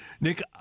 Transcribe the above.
Nick